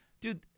Dude